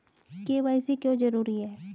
KYC क्यों जरूरी है?